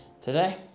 today